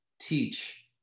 teach